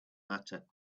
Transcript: matter